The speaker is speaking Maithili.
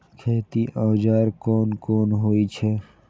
खेती औजार कोन कोन होई छै?